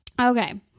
Okay